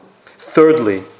Thirdly